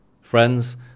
Friends